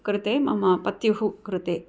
कृते मम पत्युः कृते